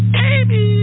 baby